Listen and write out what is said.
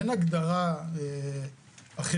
אין הגדרה אחרת.